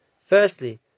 Firstly